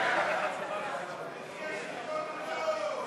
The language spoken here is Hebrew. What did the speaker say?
לא מוותר.